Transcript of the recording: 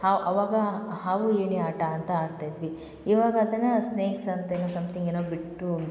ಹಾವು ಆವಾಗ ಹಾವು ಏಣಿ ಆಟ ಅಂತ ಆಡ್ತಿದ್ವಿ ಇವಾಗ ಅದನ್ನು ಸ್ನೇಕ್ಸ್ ಅಂತೇನೊ ಸಮ್ತಿಂಗ್ ಏನೋ ಬಿಟ್ಟು